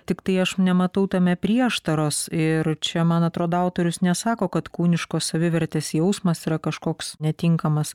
tiktai aš nematau tame prieštaros ir čia man atrodo autorius nesako kad kūniškos savivertės jausmas yra kažkoks netinkamas